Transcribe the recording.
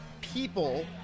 people